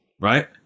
right